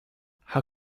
how